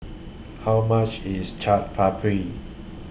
How much IS Chaat Papri